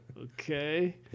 okay